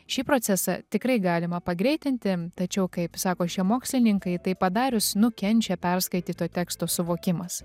šį procesą tikrai galima pagreitinti tačiau kaip sako šie mokslininkai tai padarius nukenčia perskaityto teksto suvokimas